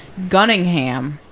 Gunningham